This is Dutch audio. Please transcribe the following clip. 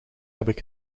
heb